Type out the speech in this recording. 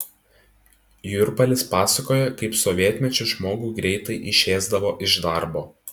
jurpalis pasakojo kaip sovietmečiu žmogų greitai išėsdavo iš darbo